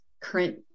current